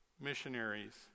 missionaries